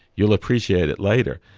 you'll appreciate it later.